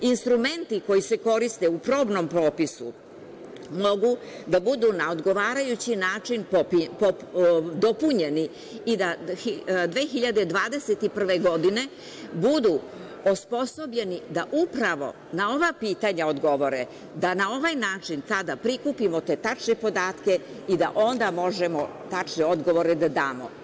Instrumenti koji se koriste u probnom popisu mogu da budu na odgovarajući način dopunjeni i da 2021. godine budu osposobljeni da upravo na ova pitanja odgovore, da na ovaj način kada prikupimo te tačne podatke i da onda možemo tačne odgovore da damo.